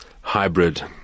hybrid